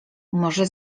może